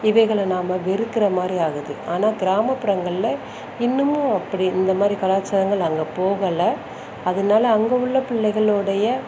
இவைகளை நாம வெறுக்குறமாதிரி ஆகுது ஆனால் கிராமப்புறங்களில் இன்னமும் அப்படி இந்தமாதிரி கலாச்சாரங்கள் அங்கே போகலை அதனால அங்கே உள்ள பிள்ளைகளுடைய